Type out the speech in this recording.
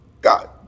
God